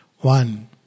One